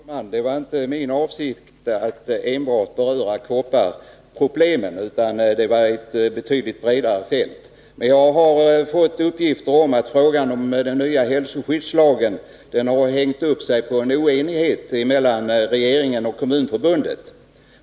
Herr talman! Det var inte min avsikt att enbart beröra kopparproblemen, utan jag ville beröra ett betydligt bredare fält. Jag har fått uppgifter om att behandlingen av den nya hälsoskyddslagen har hängt upp sig på en oenighet mellan regeringen och Kommunförbundet.